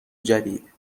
جدید